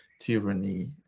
tyranny